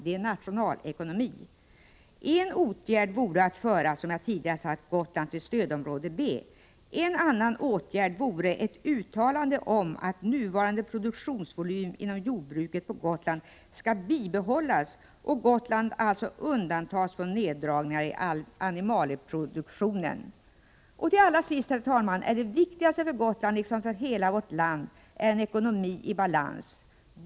Det är nationalekonomi. En åtgärd vore, som jag sade, att föra Gotland till stödområde B. En annan åtgärd vore ett uttalande om att nuvarande produktionsvolym inom jordbruket på Gotland skall bibehållas och Gotland alltså undantas från neddragningar i animalieproduktionen. Det viktigaste för Gotland, liksom för hela vårt land, är dock en ekonomi i balans.